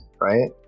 right